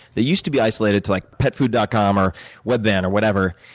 they used to be isolated to like petfood dot com, or webvan, or whatever.